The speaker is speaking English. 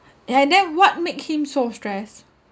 a~ and then what make him so stressed